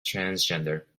transgender